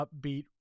upbeat